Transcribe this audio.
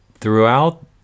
throughout